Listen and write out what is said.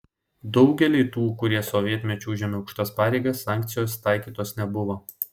daugeliui tų kurie sovietmečiu užėmė aukštas pareigas sankcijos taikytos nebuvo